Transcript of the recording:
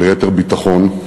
וליתר ביטחון,